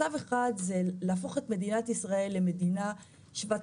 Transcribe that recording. שלב אחד זה להפוך את מדינת ישראל למדינה שוות